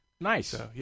Nice